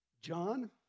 John